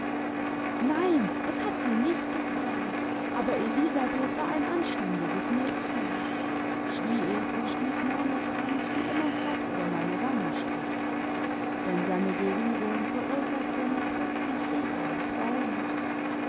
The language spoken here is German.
nein das hat sie nicht getan aber elisabeth war ein anständiges mädchen schrie ich und stieß meinerts hand die immerfort über meine wangen strich fort denn seine berührung verursachte mir plötzlich ekel und grauen